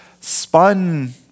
spun